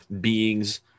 beings